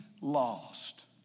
lost